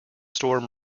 storm